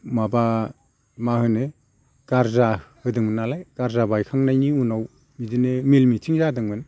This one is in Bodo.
माबा मा होनो गारजा होदोंमोन नालाय गारजा बायखांनायनि उनाव बिदिनो मेल मिटिं जादोंमोन